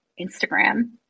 Instagram